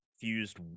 fused